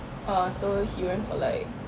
uh so he went for like